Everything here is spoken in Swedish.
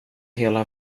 hela